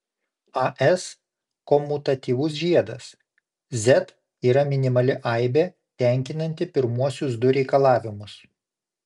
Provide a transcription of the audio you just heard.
as komutatyvus žiedas z yra minimali aibė tenkinanti pirmuosius du reikalavimus